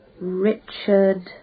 Richard